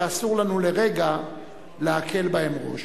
שאסור לנו לרגע להקל בהם ראש.